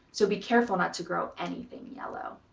so be careful not to grow anything yellow.